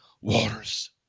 waters